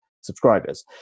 subscribers